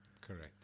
Correct